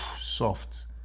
soft